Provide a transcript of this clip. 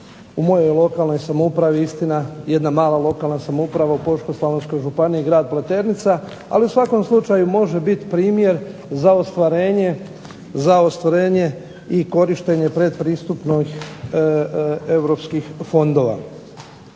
u mojoj lokalnoj samoupravi, istina jedna mala lokalna samouprava u Požeško-slavonskoj županiji, grad Pleternica, ali u svakom slučaju može biti primjer za ostvarenje i korištenje pretpristupnih europskih fondova.